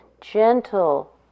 gentle